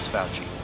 Fauci